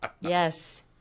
yes